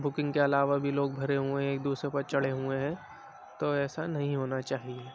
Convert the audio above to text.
booking کے علاوہ بھی لوگ بھرے ہوئے ہیں ایک دوسرے پر چڑھے ہوئے ہیں تو ایسا نہیں ہونا چاہیے